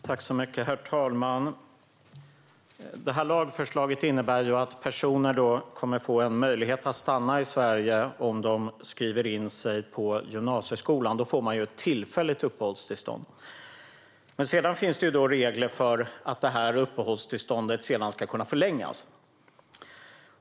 Herr talman! Det här lagförslaget innebär ju att personer kommer att få en möjlighet att stanna i Sverige om de skriver in sig på gymnasieskolan. Då får de ett tillfälligt uppehållstillstånd. Så finns det regler för att det här uppehållstillståndet ska kunna förlängas.